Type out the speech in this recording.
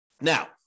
Now